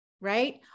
right